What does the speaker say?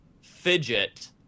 fidget